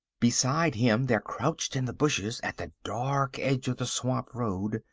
beside him there crouched in the bushes at the dark edge of the swamp road,